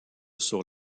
sur